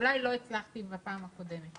שאולי לא הצלחתי להבהיר בפעם הקודמת.